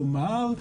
כלומר,